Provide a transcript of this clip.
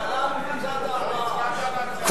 להלן קבוצת הארבעה.